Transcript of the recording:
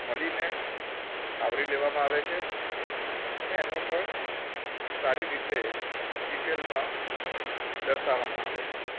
મળીને આવરી લેવામાં આવે છે અને એનો પણ સારી રીતે ડિટેલમાં દર્શાવવામાં આવે છે